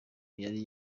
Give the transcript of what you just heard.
yari